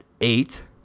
eight